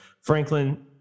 Franklin